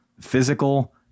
physical